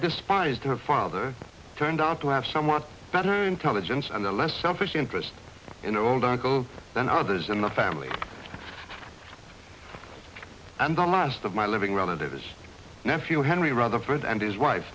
despised her father turned out to have somewhat better intelligence and a less selfish interest in old uncle than others in the family and the last of my living relative his nephew henry rather proud and his wife